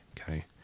okay